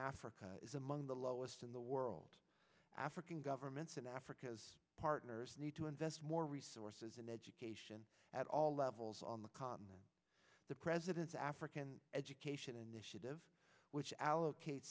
africa is among the lowest in the world african governments and africa's partners need to invest more resources in education at all levels on the president's african education initiative which allocate